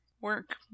work